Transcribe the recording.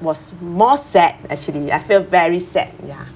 was more sad actually I feel very sad ya